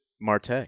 Marte